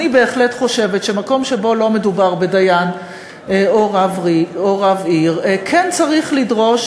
אני בהחלט חושבת שמקום שבו לא מדובר בדיין או רב עיר כן צריך לדרוש